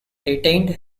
retained